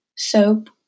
Soap